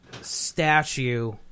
statue